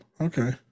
Okay